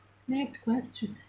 next question